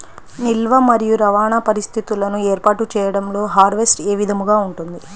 నిల్వ మరియు రవాణా పరిస్థితులను ఏర్పాటు చేయడంలో హార్వెస్ట్ ఏ విధముగా ఉంటుంది?